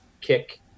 kick